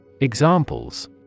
Examples